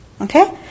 Okay